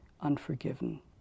unforgiven